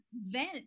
vent